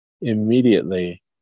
immediately